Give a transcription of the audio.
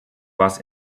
was